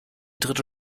dritte